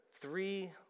three